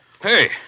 Hey